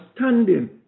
standing